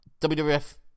WWF